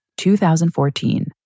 2014